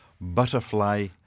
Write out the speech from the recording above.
Butterfly